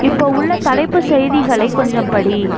இப்போது உள்ள தலைப்புச் செய்திகளை கொஞ்சம் படி